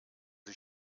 sie